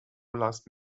last